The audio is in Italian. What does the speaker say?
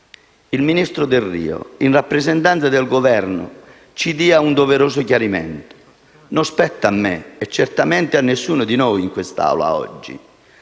Il ministro Delrio, in rappresentanza del Governo, ci dia un doveroso chiarimento. Non spetta a me, e certamente a nessuno di noi in quest'Aula oggi,